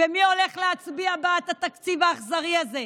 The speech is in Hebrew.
ומי הולך להצביע בעד התקציב האכזרי הזה?